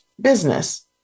business